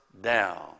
down